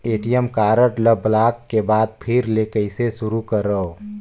ATM card ल block के बाद फिर ले कइसे शुरू करव?